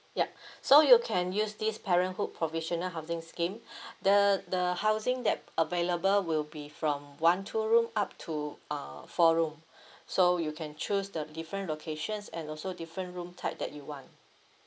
yup so you can use this parenthood provisional housing scheme the the housing that available will be from one two room up to uh four room so you can choose the different locations and also different room type that you want